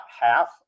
half